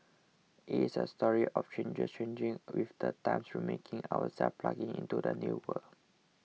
it is a story of change changing with the times remaking ourselves plugging into the new world